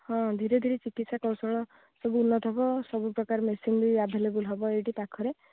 ହଁ ଧୀରେ ଧୀରେ ଚିକିତ୍ସା କୌଶଳ ସବୁ ଉନ୍ନତ ହେବ ସବୁପ୍ରକାର ମେସିମ୍ ବି ଆଭେଲେବୁଲ୍ ହେବ ଏଇଠି ପାଖରେ